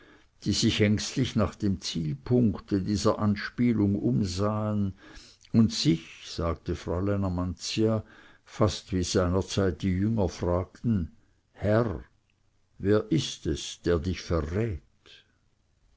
die sich ängstlich nach dem zielpunkte dieser anspielung umsahen und sich sagte fräulein amantia fast wie seinerzeit die jünger fragten herr wer ist es der dich verrät